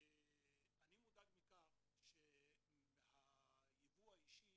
אני מודאג מכך שהיבוא האישי